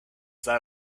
that